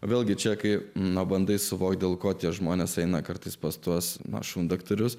vėlgi čekai nuo bandai suvokti dėl ko tie žmonės eina kartais pas tuos na šundaktarius